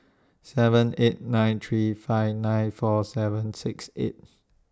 seven eight nine three five nine four seven six eight